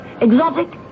exotic